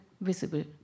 visible